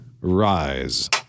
rise